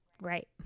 Right